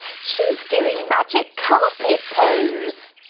she's doing magic carpet pose.